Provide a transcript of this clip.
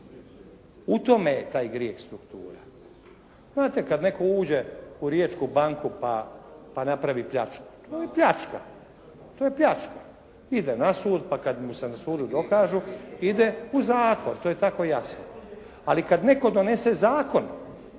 U tome je taj grijeh struktura. Znate kad netko uđe u Riječku banku pa napravi pljačku, to je pljačka, to je pljačka. Ide na sud pa kad mu se na sudu dokažu, ide u zatvor. To je tako jasno. Ali kad netko donese zakon